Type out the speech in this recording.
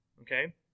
Okay